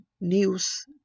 news